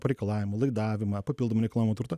pareikalavimą laidavimą papildomą nekilnojamą turtą